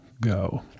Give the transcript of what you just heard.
go